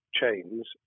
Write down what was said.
chains